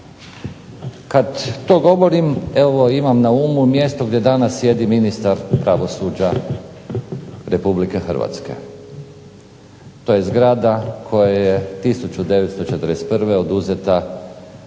Kad to govorim evo imam na umu mjesto gdje danas sjedi ministar pravosuđa RH. To je zgrada koja je 1941. oduzeta